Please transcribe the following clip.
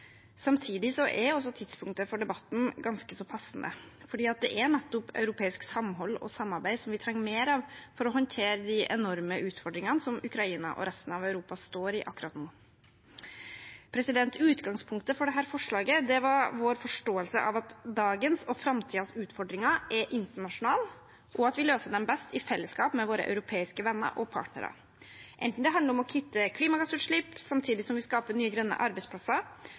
Samtidig er tidspunktet for debatten ganske passende, for det er nettopp europeisk samhold og samarbeid vi trenger mer av for å håndtere de enorme utfordringene som Ukraina og resten av Europa står i akkurat nå. Utgangspunktet for dette forslaget var vår forståelse av at dagens og framtidens utfordringer er internasjonale, og at vi løser dem best i fellesskap med våre europeiske venner og partnere, enten det handler om å kutte klimagassutslipp samtidig som vi skaper nye, grønne arbeidsplasser,